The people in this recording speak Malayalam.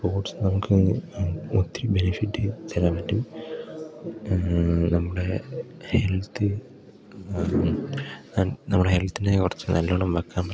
സ്പോർട്സ് നമുക്ക് അത് ഒത്തിരി ബെനിഫിറ്റ് തരാൻ പറ്റും നമ്മുടെ ഹെൽത്ത് ആൻഡ് നമ്മുടെ ഹെൽത്തിനെ കുറച്ച് നല്ലോണം വെക്കാൻ പറ്റും